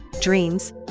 Dreams